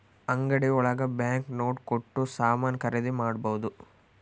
ಅಂಗಡಿ ಒಳಗ bank note ಕೊಟ್ಟು ಸಾಮಾನ್ ಖರೀದಿ ಮಾಡ್ಬೋದು